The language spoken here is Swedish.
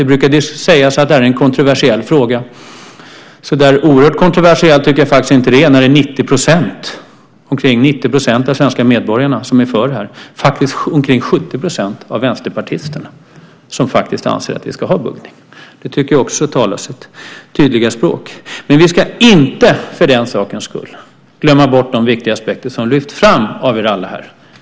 Det brukar ju sägas att detta är en kontroversiell fråga. Så där oerhört kontroversiell tycker jag faktiskt inte att den är när omkring 90 % av de svenska medborgarna är för. Faktiskt anser också omkring 70 % av vänsterpartisterna att vi ska ha buggning. Det tycker jag också talar sitt tydliga språk. För den sakens skull ska vi dock inte glömma bort de viktiga aspekter som lyfts fram av er alla här.